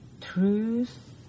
truth